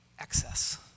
excess